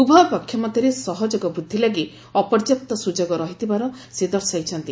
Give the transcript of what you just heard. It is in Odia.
ଉଭୟପକ୍ଷ ମଧ୍ୟରେ ସହଯୋଗ ବୃଦ୍ଧି ଲାଗି ଅପର୍ଯ୍ୟାପ୍ତ ସୁଯୋଗ ରହିଥିବାର ସେ ଦର୍ଶାଇଛନ୍ତି